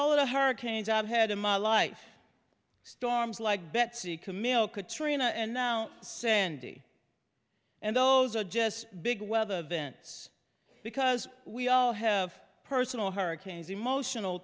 all of the hurricanes i've had in my life storms like betsy camille katrina and now sandy and those are just big weather events because we all have personal hurricanes emotional